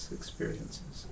experiences